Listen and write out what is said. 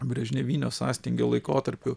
brežnevinio sąstingio laikotarpiu